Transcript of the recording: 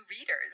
readers